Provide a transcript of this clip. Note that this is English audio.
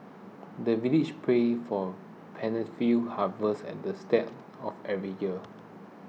the villagers pray for plentiful harvest and the start of every year